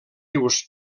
rius